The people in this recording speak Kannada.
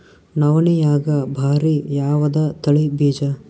ನವಣಿಯಾಗ ಭಾರಿ ಯಾವದ ತಳಿ ಬೀಜ?